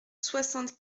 soixante